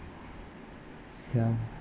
ya